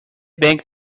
bank